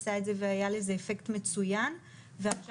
עשה את זה והיה לזה אפקט מצוין ועכשיו